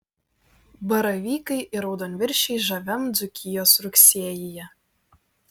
baravykai ir raudonviršiai žaviam dzūkijos rugsėjyje